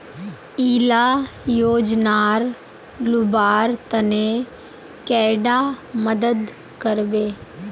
इला योजनार लुबार तने कैडा मदद करबे?